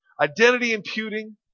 identity-imputing